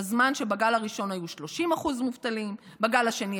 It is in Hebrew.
בזמן שבגל הראשון היו 30% מובטלים ובגל השני,